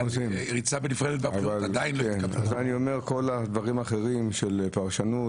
כל הדברים האחרים של פרשנות,